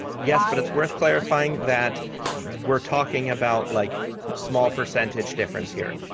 yes, but it's worth clarifying that we're talking about like small percentage difference here.